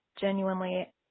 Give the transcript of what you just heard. genuinely